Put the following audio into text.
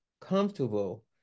comfortable